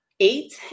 eight